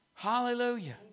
Hallelujah